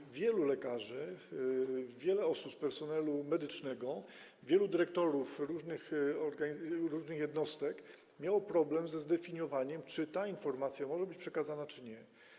I wielu lekarzy, wiele osób z personelu medycznego, wielu dyrektorów różnych jednostek miało problem ze zdefiniowaniem, czy ta informacja może być przekazana czy nie.